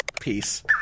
Peace